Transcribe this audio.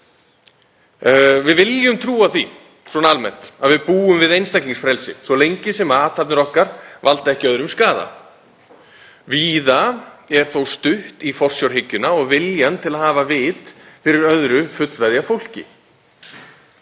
Við viljum trúa því svona almennt að við búum við einstaklingsfrelsi svo lengi sem athafnir okkar valda ekki öðrum skaða. Víða er þó stutt í forsjárhyggjuna og viljann til að hafa vit fyrir öðru fullveðja fólki.